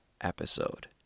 episode